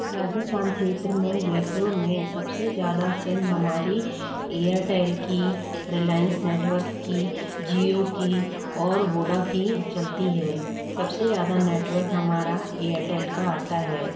राजस्थान क्षेत्र में जयपुर में सब से ज़्यादा सिम हमारी एयरटेल की रिलायंस नेटवर्क की जिओ की और वोडा की चलती है सब से ज़्यादा नेटवर्क हमारा एयरटेल का आता है